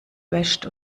wäscht